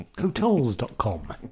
hotels.com